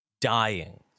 dying